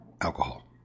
alcohol